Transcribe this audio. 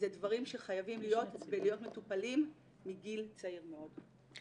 זה דברים שחייבים להיות מטופלים מגיל צעיר מאוד.